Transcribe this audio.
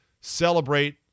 celebrate